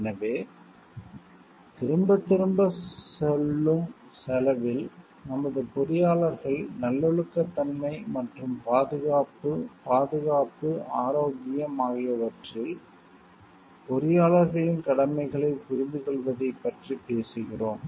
எனவே திரும்பத் திரும்பச் சொல்லும் செலவில் நமது பொறியாளர்கள் நல்லொழுக்கத் தன்மை மற்றும் பாதுகாப்பு பாதுகாப்பு ஆரோக்கியம் ஆகியவற்றில் பொறியாளர்களின் கடமைகளைப் புரிந்துகொள்வதைப் பற்றி பேசுகிறோம்